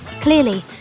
Clearly